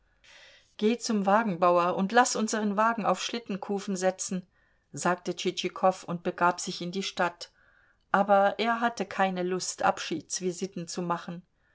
geh zum wagenbauer und laß unseren wagen auf schlittenkufen setzen sagte tschitschikow und begab sich in die stadt aber er hatte keine lust abschiedsvisiten zu machen